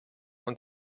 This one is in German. und